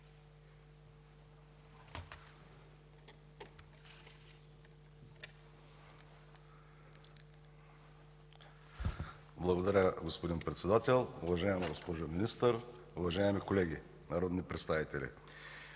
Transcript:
Благодаря, господин Председател. Уважаема госпожо Министър, уважаеми колеги народни представители!